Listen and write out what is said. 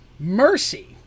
Mercy